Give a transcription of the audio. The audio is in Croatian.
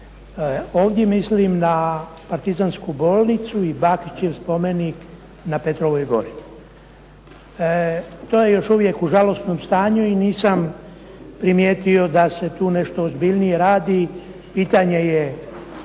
Ovdje mislim na Partizansku bolnicu i Bakićev spomenik na Petrovoj gori. To je još uvijek u žalosnom stanju i nisam primijetio da se tu nešto ozbiljnije radi. Pitanje je,